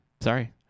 Sorry